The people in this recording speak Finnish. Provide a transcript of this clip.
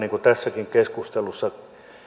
tässäkin keskustelussa